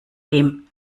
dem